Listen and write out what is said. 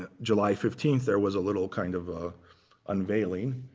ah july fifteen, there was a little kind of ah unveiling.